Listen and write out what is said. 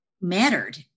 mattered